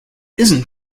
isn’t